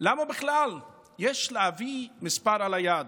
למה בכלל יש לאבי מספר על היד.